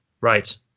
Right